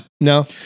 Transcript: no